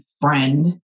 friend